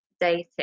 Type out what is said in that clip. dating